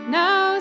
now